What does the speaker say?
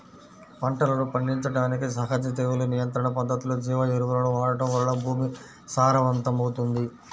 పంటలను పండించడానికి సహజ తెగులు నియంత్రణ పద్ధతులు, జీవ ఎరువులను వాడటం వలన భూమి సారవంతమవుతుంది